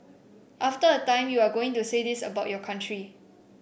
after a time you are going to say this about your country